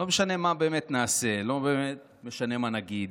לא באמת משנה מה נעשה, לא באמת משנה מה נגיד,